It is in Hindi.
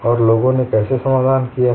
और लोगों ने कैसे समाधान किया है